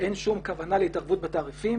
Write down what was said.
אין שום כוונה להתערבות בתעריפים